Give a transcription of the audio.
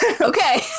Okay